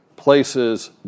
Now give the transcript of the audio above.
places